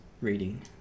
reading